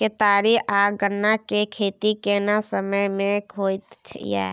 केतारी आ गन्ना के खेती केना समय में होयत या?